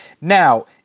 Now